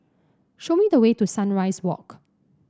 show me the way to Sunrise Walk